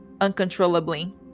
uncontrollably